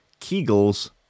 Kegels